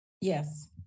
Yes